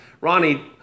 Ronnie